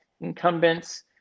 incumbents